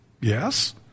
Yes